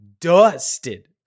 dusted